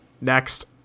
Next